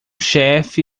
chef